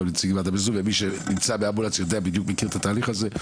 מי שנמצא באמבולנס יודע ומכיר את התהליך הזה.